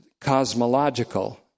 cosmological